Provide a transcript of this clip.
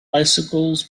bicycles